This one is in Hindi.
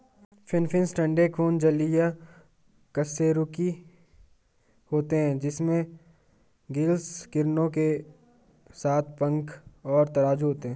फिनफ़िश ठंडे खून जलीय कशेरुकी होते हैं जिनमें गिल्स किरणों के साथ पंख और तराजू होते हैं